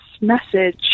message